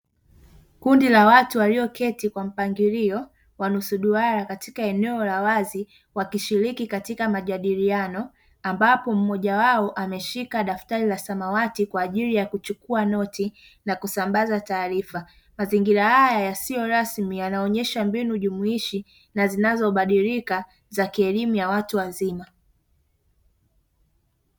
Kundi la watu walioketi kwa mpangilio wa nusu duara katika eneo la wazi, wakishiriki katika majadiliano ambapo mmoja wo ameshika daftari la samawati, kwa ajili ya kuchukua noti na kusambaza taarifa. Mazingira haya yasiuo rasmi yanaonesha mbinu jumuishi na zinazo badilika za kielimu ya watu wazima.